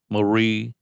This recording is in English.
Marie